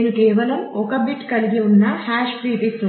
నేను కేవలం ఒక బిట్ కలిగి ఉన్న హాష్ ప్రిఫిక్